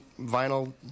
vinyl